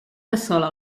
cassola